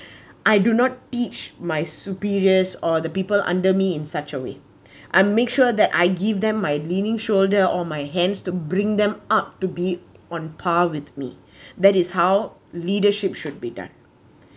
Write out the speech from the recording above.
I do not teach my superiors or the people under me in such a way I make sure that I give them my leaning shoulder or my hands to bring them up to be on par with me that is how leadership should be done